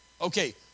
Okay